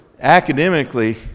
academically